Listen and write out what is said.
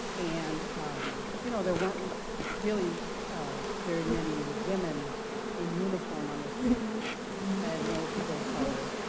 and um you know there weren't really very many women in uniform on the street and no people of color,